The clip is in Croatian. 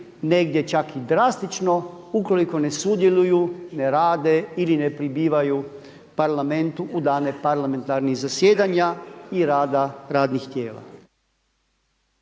negdje čak i drastično ukoliko ne sudjeluju, ne rade ili ne pribivaju parlamentu u dane parlamentarnih zasjedanja i rada radnih tijela.